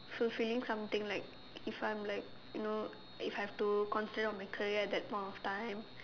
fulfilling something like if I'm like you know if I have to consider of my career at that point in time